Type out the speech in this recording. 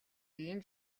биеийн